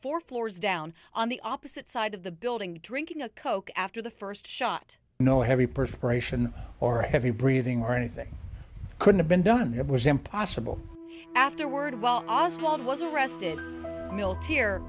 four floors down on the opposite side of the building drinking a coke after the first shot no heavy perspiration or a heavy breathing or anything could have been done it was impossible afterward well was arrested milt here